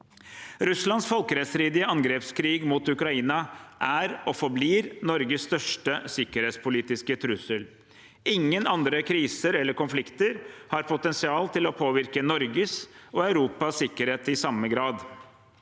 Russlands folkerettsstridige angrepskrig mot Ukraina er og forblir Norges største sikkerhetspolitiske trussel. Ingen andre kriser eller konflikter har potensial til å påvirke Norges og Europas sikkerhet i samme grad.